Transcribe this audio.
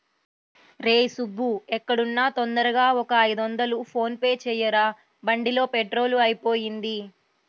రేయ్ సుబ్బూ ఎక్కడున్నా తొందరగా ఒక ఐదొందలు ఫోన్ పే చెయ్యరా, బండిలో పెట్రోలు అయిపొయింది